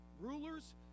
rulers